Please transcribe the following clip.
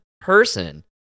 person